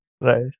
Right